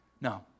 No